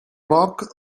roc